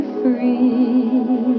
free